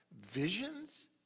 Visions